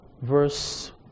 verse